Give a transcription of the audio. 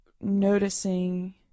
noticing